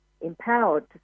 empowered